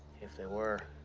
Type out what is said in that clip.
if they were,